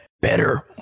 Better